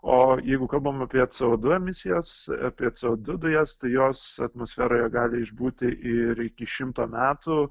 o jeigu kalbam apie co du emisijas apie co du dujas jos atmosferoje gali išbūti ir iki šimto metų